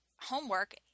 homework